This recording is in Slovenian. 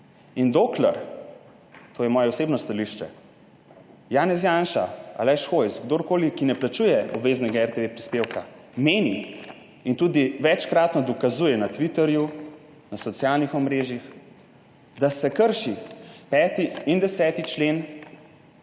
In dokler, to je moje osebno stališče, Janez Janša, Aleš Hojs, kdorkoli, ki ne plačuje obveznega RTV prispevka, meni in tudi večkratno dokazuje na Twitterju, na socialnih omrežjih, da se kršita 5. in 10. člen